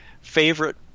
favorite